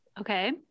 Okay